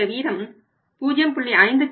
இந்த வீதம் 0